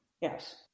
Yes